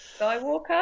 Skywalker